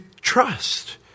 trust